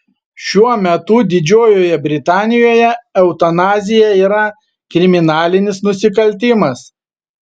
šiuo metu didžiojoje britanijoje eutanazija yra kriminalinis nusikaltimas